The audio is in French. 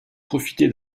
profité